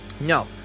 No